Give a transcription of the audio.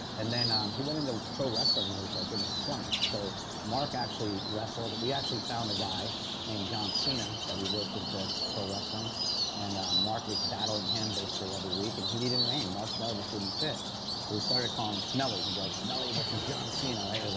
and then um he went into pro wrestling when he was like in his twenty s, so mark actually wrestled. we actually found a guy named john cena that we roped into pro wrestling and um mark was battling him basically every week. and he needed a name. mark bell just didn't fit so we started calling him smelly. and like smelly versus john cena, right?